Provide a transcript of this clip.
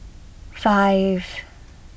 five